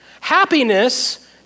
Happiness